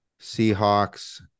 Seahawks